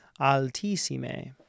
altissime